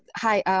hi,